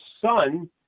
son